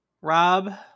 Rob